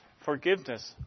forgiveness